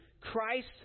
Christ